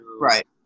Right